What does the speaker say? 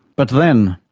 but then,